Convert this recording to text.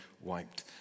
wiped